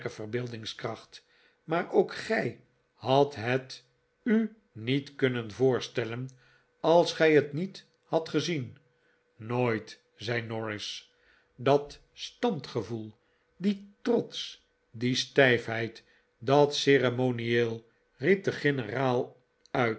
verbeeldingskracht maar ook gij hadt het u niet kunnen voorstellen als gij het niet hadt gezien nooit zei norris dat standgevoel die trots die stijfheid dat ceremonreel riep de generaal uit